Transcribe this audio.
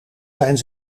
zijn